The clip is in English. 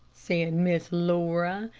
said miss laura,